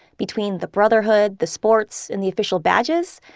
between the brotherhood, the sports and the official badges,